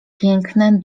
piękne